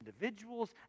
individuals